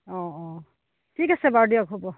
অ' অ' ঠিক আছে বাৰু দিয়ক হ'ব